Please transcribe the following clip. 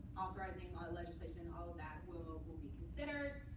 authorizing legislation, all of that will will be considered.